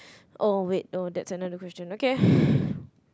oh wait no that's another question okay